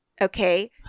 Okay